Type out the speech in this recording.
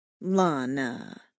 Lana